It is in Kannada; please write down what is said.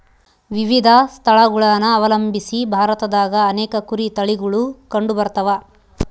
ವಿವಿಧ ಸ್ಥಳಗುಳನ ಅವಲಂಬಿಸಿ ಭಾರತದಾಗ ಅನೇಕ ಕುರಿ ತಳಿಗುಳು ಕಂಡುಬರತವ